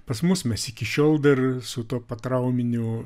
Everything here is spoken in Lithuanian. pas mus mes iki šiol dar su tuo potrauminiu